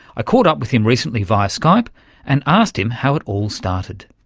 i caught up with him recently via skype and asked him how it all started.